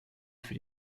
für